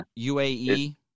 UAE